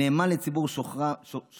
נאמן לציבור שולחיו